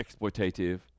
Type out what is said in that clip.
exploitative